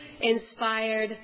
inspired